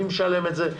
מי משלם את זה,